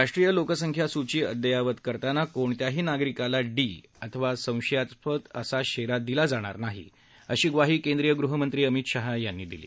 राष्ट्रीय लोकसंख्या सुची अद्यायावत करताना कोणत्याही नागरिकाला डी अथवा शंकास्पद असा शेरा दिला जाणार नाही अशी म्वाही केंद्रीय गृहमंत्री अमित शाह यांनी दिली